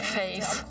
faith